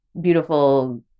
beautiful